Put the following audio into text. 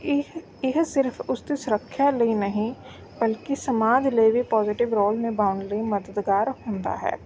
ਇਹ ਇਹ ਸਿਰਫ ਉਸ ਦੀ ਸੁਰੱਖਿਆ ਲਈ ਨਹੀਂ ਬਲਕਿ ਸਮਾਜ ਲਈ ਵੀ ਪੋਜ਼ੀਟਿਵ ਰੋਲ ਨਿਭਾਉਣ ਲਈ ਮਦਦਗਾਰ ਹੁੰਦਾ ਹੈ